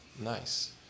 nice